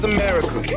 America